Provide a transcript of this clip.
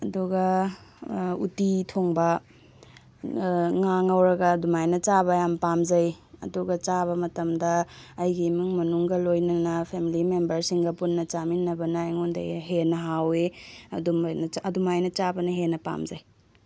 ꯑꯗꯨꯒ ꯎꯠꯇꯤ ꯊꯣꯡꯕ ꯉꯥ ꯉꯧꯔꯒ ꯑꯗꯨꯃꯥꯏꯅ ꯆꯥꯕ ꯌꯥꯝ ꯄꯥꯝꯖꯩ ꯑꯗꯨꯒ ꯆꯥꯕ ꯃꯇꯝꯗ ꯑꯩꯒꯤ ꯏꯃꯨꯡ ꯃꯅꯨꯡꯒ ꯂꯣꯏꯅꯅ ꯐꯦꯃꯤꯂꯤ ꯃꯦꯝꯕ꯭ꯔꯁꯤꯡꯒ ꯄꯨꯟꯅ ꯆꯥꯃꯤꯟꯅꯕꯅ ꯑꯩꯉꯣꯟꯗ ꯍꯦꯟꯅ ꯍꯥꯎꯏ ꯑꯗꯨꯃꯥꯏꯅ ꯆꯥꯕꯅ ꯍꯦꯟꯅ ꯄꯥꯝꯖꯩ